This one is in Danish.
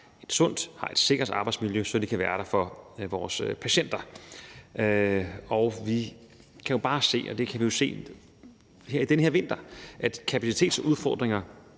et sundt og et sikkert arbejdsmiljø, så de kan være der for vores patienter. Vi kan se, og det har vi jo set i den her vinter, at kapacitetsudfordringer